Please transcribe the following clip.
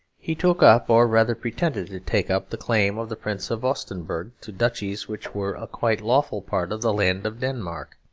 he took up, or rather pretended to take up, the claim of the prince of augustenberg to duchies which were a quite lawful part of the land of denmark.